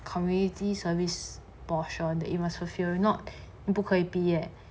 community service portion that you must fulfil if not 不可以毕业